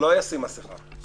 לא אשים מסכה.